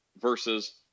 versus